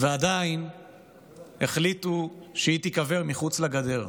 ועדיין החליטו שהיא תיקבר מחוץ לגדר.